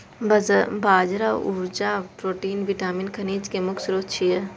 बाजरा ऊर्जा, protein, vitamin, खनिज के मुख्य स्रोत छियै